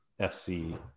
fc